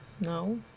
no